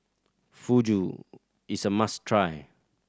fugu is a must try